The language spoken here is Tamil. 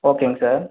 ஓகேங்க சார்